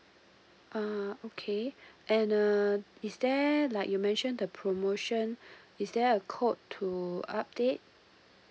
uh okay and uh is there like you mentioned the promotion is there a code to update